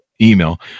email